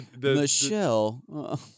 Michelle